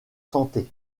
santé